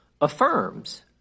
affirms